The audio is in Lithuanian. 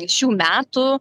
šių metų